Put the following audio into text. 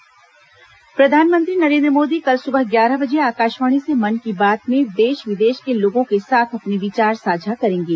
मन की बात प्रधानमंत्री नरेंद्र मोदी कल सुबह ग्यारह बजे आकाशवाणी से मन की बात में देश विदेश के लोगों के साथ अपने विचार साझा करेंगे